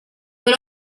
but